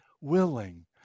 willing